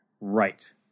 Right